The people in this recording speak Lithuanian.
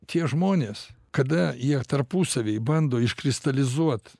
tie žmonės kada jie tarpusavy bando iškristalizuot